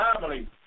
family